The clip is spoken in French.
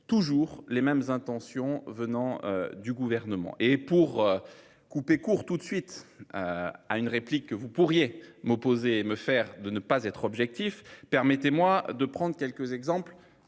toujours les mêmes intentions venant du gouvernement et pour couper court toute de suite. À une réplique que vous pourriez m'opposer me faire de ne pas être objectif. Permettez-moi de prendre quelques exemples